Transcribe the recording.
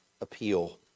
appeal